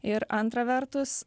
ir antra vertus